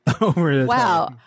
wow